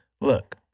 Look